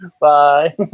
Bye